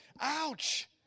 ouch